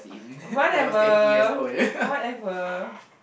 whatever whatever